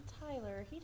Tyler